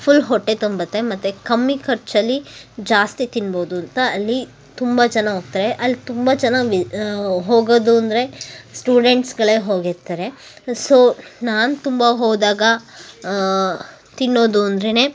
full ಹೊಟ್ಟೆ ತುಂಬುತ್ತೆ ಮತ್ತು ಕಮ್ಮಿ ಖರ್ಚಲ್ಲಿ ಜಾಸ್ತಿ ತಿನ್ಬೋದು ಅಂತ ಅಲ್ಲಿ ತುಂಬ ಜನ ಹೋಗ್ತಾರೆ ಅಲ್ಲಿ ತುಂಬ ಜನ ವೆ ಹೋಗೋದು ಅಂದರೆ ಸ್ಟೂಡೆಂಟ್ಸ್ಗಳೇ ಹೋಗಿರ್ತಾರೆ ಸೊ ನಾನು ತುಂಬ ಹೋದಾಗ ತಿನ್ನೋದು ಅಂದ್ರೆ